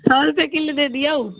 सए रुपए किलो दे दियौ